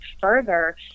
further